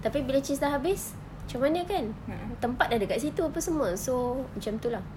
tapi bila cheese sudah habis macam mana kan tempat sudah dekat situ apa semua so macam itu lah